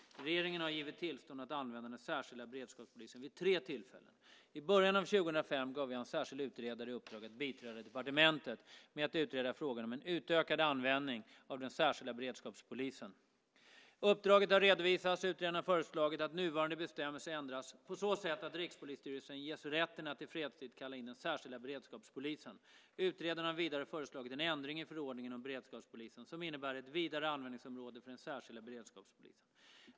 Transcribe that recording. Regeringen har givit tillstånd att använda den särskilda beredskapspolisen vid tre tillfällen. I början av 2005 gav jag en särskild utredare i uppdrag att biträda departementet med att utreda frågan om en utökad användning av den särskilda beredskapspolisen. Uppdraget har redovisats och utredaren har föreslagit att nuvarande bestämmelser ändras på så sätt att Rikspolisstyrelsen ges rätten att i fredstid kalla in den särskilda beredskapspolisen. Utredaren har vidare föreslagit en ändring i förordningen om beredskapspolisen som innebär ett vidare användningsområde för den särskilda beredskapspolisen.